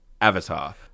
avatar